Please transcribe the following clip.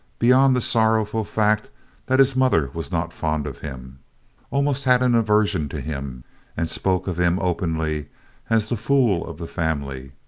beyond the sorrowful fact that his mother was not fond of him almost had an aversion to him and spoke of him openly as the fool of the family.